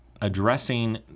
addressing